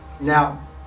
Now